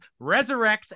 resurrects